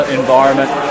environment